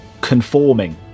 conforming